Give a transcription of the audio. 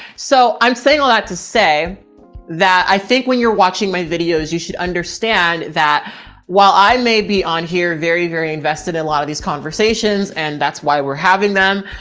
so i'm saying all that to say that i think when you're watching my videos, you should understand that while i may be on here, very, very invested in a lot of these conversations and that's why we're having them.